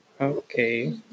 Okay